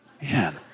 Man